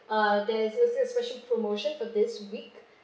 uh there's a special promotion for this week